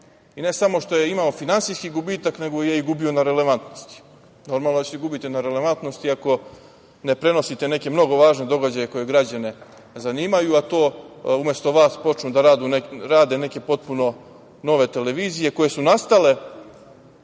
i ne samo što je imao finansijski gubitak nego je gubio na relevantnosti. Normalno da će gubiti na relevantnosti, ako ne prenosite neke mnogo važne događaje koje građane zanimaju, a to umesto vas počnu da rade neke potpuno nove televizije koje su nastale,